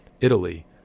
Italy